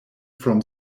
from